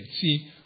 See